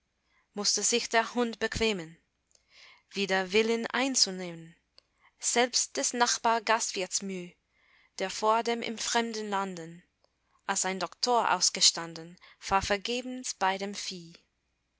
mußte sich der hund bequemen wider willen einzunehmen selbst des nachbar gastwirts müh der vordem in fremden landen als ein doktor ausgestanden war vergebens bei dem vieh